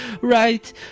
right